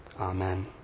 Amen